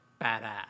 badass